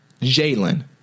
Jalen